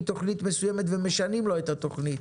תוכנית מסוימת ומשנים לו את התוכנית?